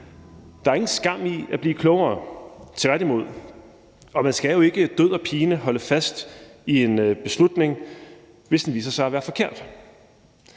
Der er ingen skam i at blive klogere, tværtimod, og man skal jo ikke død og pine holde fast i en beslutning, hvis den viser sig at være forkert.